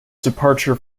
departure